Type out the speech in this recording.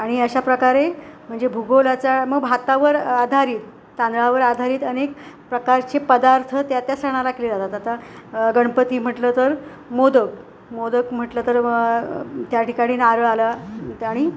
आणि अशा प्रकारे म्हणजे भूगोलाचा मग भातावर आधारित तांदळावर आधारित अनेक प्रकारचे पदार्थ त्या त्या सणाला केले जातात आता गणपती म्हटलं तर मोदक मोदक म्हटलं तर त्या ठिकाणी नारळ आला आणि